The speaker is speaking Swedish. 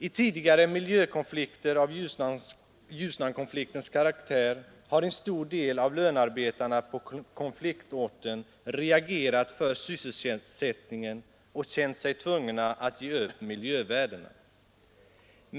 I tidigare miljökonflikter av Ljusnankonfliktens karaktär har en stor del av lönarbetarna på konfliktorten reagerat för s känt sig tvungna att ge upp miljövärdena.